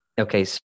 Okay